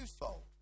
twofold